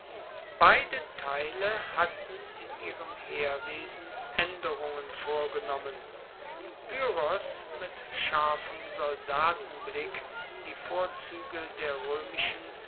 beide teile hatten in ihrem heerwesen aenderungen vorgenommen pyrrhos mit scharfem soldatenblick die vorzuege der roemischen